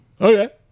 okay